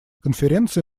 конференции